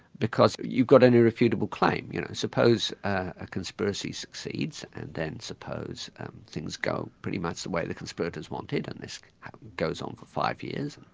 because you've got an irrefutable claim, you know suppose a conspiracy succeeds, and again suppose things go pretty much the way the conspirators wanted, and this goes on for five years,